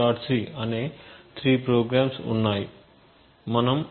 c అనే 3 programmes ఉన్నాయి మనం ఇప్పుడు T0